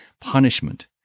punishment